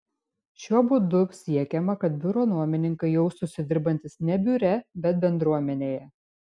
šiuo būdu siekiama kad biuro nuomininkai jaustųsi dirbantys ne biure bet bendruomenėje